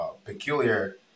Peculiar